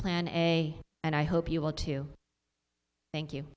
plan a and i hope you will too thank you